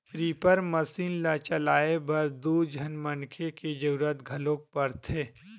reaper machine ल चलाए बर दू झन मनखे के जरूरत घलोक परथे